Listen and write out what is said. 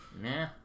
Nah